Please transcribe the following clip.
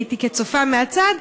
הייתי כצופה מהצד.